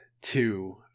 two